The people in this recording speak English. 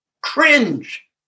cringe